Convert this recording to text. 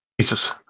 Jesus